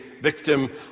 victim